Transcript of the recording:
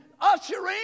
ushering